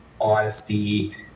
honesty